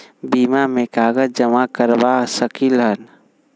बीमा में कागज जमाकर करवा सकलीहल?